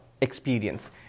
experience